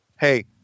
hey